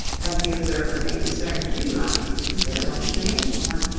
as the observer may discern three lines instead of only the nasal one,